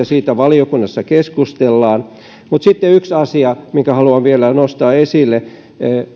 siitä valiokunnassa keskustellaan mutta sitten yksi asia minkä haluan vielä nostaa esille